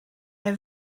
have